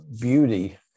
beauty